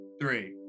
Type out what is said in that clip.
three